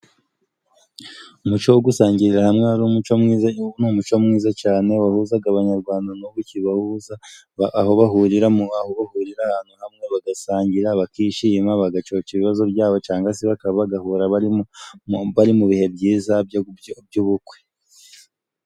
Umuco wo gusangirira hamwe wari umuco mwiza ni umuco mwiza cane wahuzaga abanyarwanda n'ubu ukibahuza ,aho bahurira mu bahurira ahantu hamwe bagasangira bakishima bagacoca ibibazo byabo cangwa se bakaba bagahura bari bari mu bihe byiza by'ubukwe.